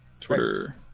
Twitter